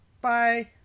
Bye